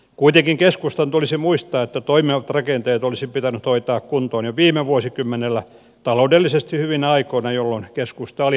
kuitenkin keskustan tulisi muistaa että toimivat rakenteet olisi pitänyt hoitaa kuntoon jo viime vuosikymmenellä taloudellisesti hyvinä aikoina jolloin keskusta oli hallitusvastuussa